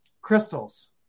crystals